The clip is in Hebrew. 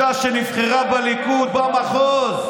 אישה שנבחרה בליכוד במחוז.